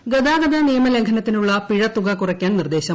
മുഖ്യമന്തി ഗതാഗത നിയമലംഘനത്തിനുള്ള പിഴത്തുക കുറയ്ക്കാൻ നിർദ്ദേശം